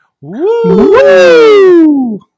Woo